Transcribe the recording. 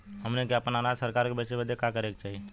हमनी के आपन अनाज सरकार के बेचे बदे का करे के चाही?